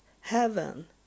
heaven